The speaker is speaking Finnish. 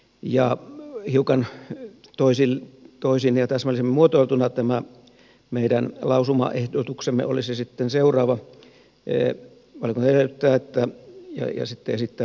ja hiukan toisin ja täsmällisemmin muotoiltuna tämä meidän lausumaehdotuksemme olisi sitten seuraava valiokunta tätä edellyttää ja sitten esittää